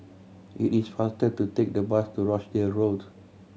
it is faster to take the bus to Rochdale Road